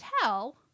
tell